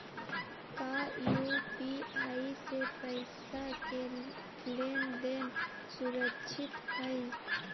का यू.पी.आई से पईसा के लेन देन सुरक्षित हई?